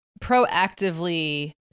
proactively